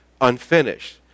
unfinished